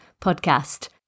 podcast